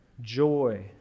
joy